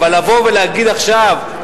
אבל לבוא ולהגיד עכשיו,